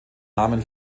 namen